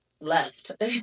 left